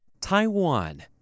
Taiwan